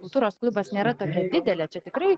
kultūros klubas nėra tokia didelė čia tikrai